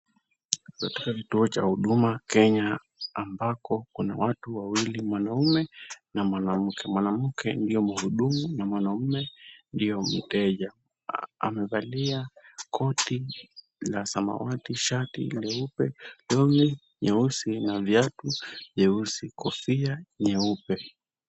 Katika kituo cha Huduma Kenya ambako kuna watu wawili, mwanaume na mwanamke. Mwanamke ndiyo mhudumu na mwanaume ndiyo mteja. Amevalia koti la samawati, shati leupe, long'i nyeusi na viatu vyeusi, kofia nyeupe.